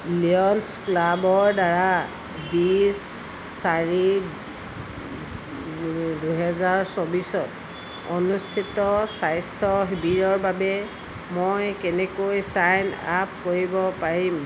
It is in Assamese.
লেয়নছ ক্লাবৰ দ্বাৰা বিছ চাৰি দুহেজাৰ চৌব্বিছত অনুষ্ঠিত স্বাস্থ্য শিবিৰৰ বাবে মই কেনেকৈ ছাইন আপ কৰিব পাৰিম